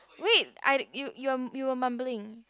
wait I you you are you are mumbling